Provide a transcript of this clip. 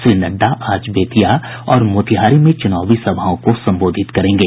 श्री नड्डा आज बेतिया और मोतिहारी में चुनावी सभाओं को संबोधित करेंगे